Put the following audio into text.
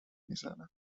میزند